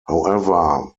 however